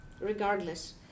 Regardless